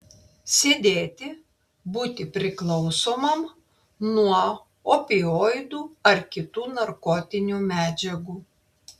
sėdėti būti priklausomam nuo opioidų ar kitų narkotinių medžiagų